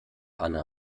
anne